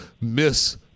miss